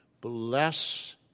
Bless